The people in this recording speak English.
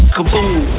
Kaboom